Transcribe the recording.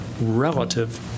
relative